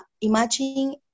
imagine